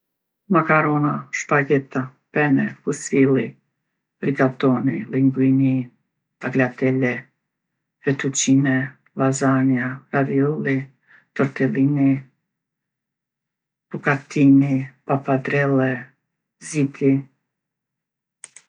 Makarona, shpageta, pene, fusilli, rigatoni, llinguini, taglatele, fetuqine, llazanja, raviolli, tortellini, bukatini, papadrelle, ziti.